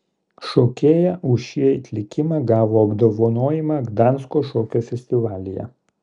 šokėja už šį atlikimą gavo apdovanojimą gdansko šokio festivalyje